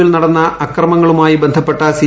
വ്വിൽ ന്ടന്ന അക്രമങ്ങളുമായി ബന്ധപ്പെട്ട സി